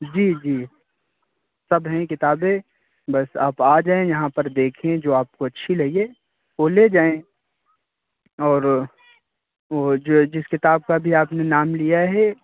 جی جی سب ہیں کتابیں بس آپ آ جائیں یہاں پر دیکھیں جو آپ کو اچھی لگے وہ لے جائیں اور وہ جو جس کتاب کا ابھی آپ نے نام لیا ہے